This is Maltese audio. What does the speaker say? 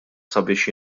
sabiex